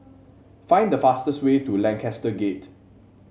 find the fastest way to Lancaster Gate